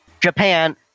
Japan